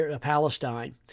Palestine